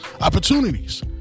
opportunities